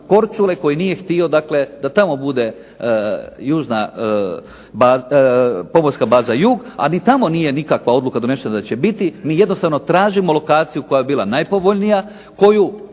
Korčule koji nije htio dakle da tamo bude Pomorska baza Jug, a ni tamo nije nikakva odluka donesena da će biti. Mi jednostavno tražimo lokaciju koja bi bila najpovoljnija, koju